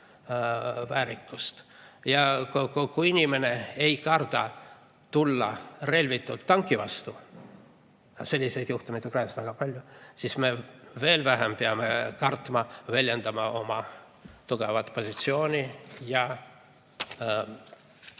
väärikust. Ja kui inimene ei karda tulla relvitult tanki vastu – selliseid juhtumeid on väga palju –, siis meie veel vähem peame kartma väljendada oma tugevat positsiooni ja